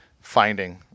finding